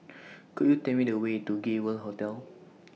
Could YOU Tell Me The Way to Gay World Hotel